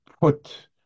put